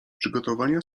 przygotowania